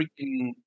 freaking